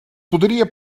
podria